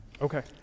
Okay